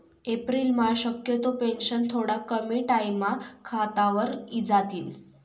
एप्रिलम्हा शक्यतो पेंशन थोडा कमी टाईमम्हा खातावर इजातीन